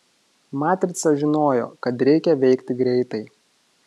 matrica žinojo kad reikia veikti greitai